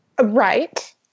Right